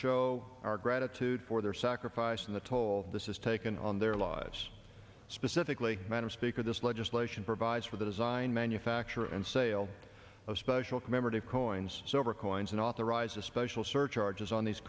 show our gratitude for their sacrifice and the toll this is taken on their lives specifically madam speaker this legislation provides for the design manufacture and sale of special commemorative coins so for coins and authorize a special surcharges on these